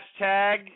hashtag